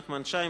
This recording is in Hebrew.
נחמן שי,